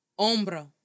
hombro